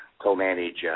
co-manage